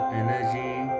energy